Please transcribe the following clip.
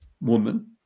woman